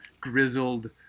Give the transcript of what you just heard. grizzled